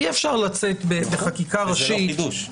אי-אפשר לצאת בחקיקה ראשית --- וזה לא חידוש.